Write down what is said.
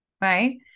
right